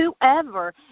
whoever